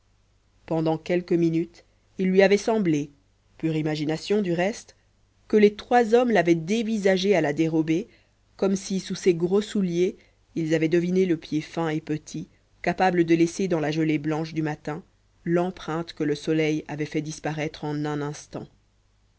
pendant quelques minutes il lui avait semblé pure imagination du reste que les trois hommes l'avaient dévisagé à la dérobée comme si sous ses gros souliers ils avaient deviné le pied fin et petit capable de laisser dans la gelée blanche du matin l'empreinte que le soleil avait fait disparaître en un instant